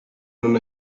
non